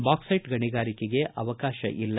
bauxite ಗಣಿಗಾರಿಕೆಗೆ ಅವಕಾಶ ಇಲ್ಲ